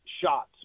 shots